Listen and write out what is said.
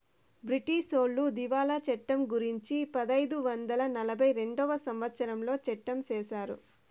బ్రిటీసోళ్లు దివాళా చట్టం గురుంచి పదైదు వందల నలభై రెండవ సంవచ్చరంలో సట్టం చేశారు